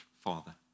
father